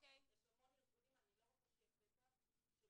המון ארגונים אני לא רוצה שיהיה פתח שמנהלת,